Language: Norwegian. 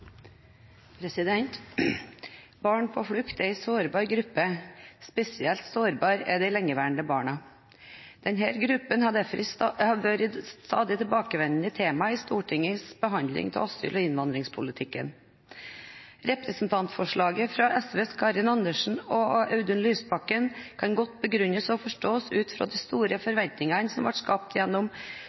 sårbar gruppe – spesielt sårbare er de lengeværende barna. Denne gruppen har derfor vært et stadig tilbakevendende tema i Stortingets behandling av asyl- og innvandringspolitikken. Representantforslaget fra SVs Karin Andersen og Audun Lysbakken kan godt begrunnes og forstås ut ifra de store forventningene som ble skapt gjennom